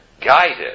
Guided